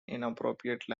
inappropriate